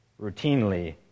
routinely